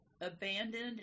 abandoned